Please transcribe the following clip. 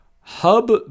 Hub